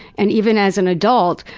and even as an adult,